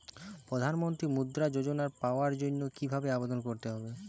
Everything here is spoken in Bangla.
প্রধান মন্ত্রী মুদ্রা যোজনা পাওয়ার জন্য কিভাবে আবেদন করতে হবে?